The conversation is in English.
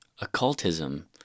occultism